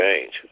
change